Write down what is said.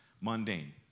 mundane